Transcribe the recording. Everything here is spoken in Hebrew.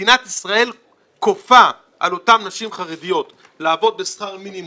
מדינת ישראל כופה על אותן נשים חרדיות לעבוד בשכר מינימום,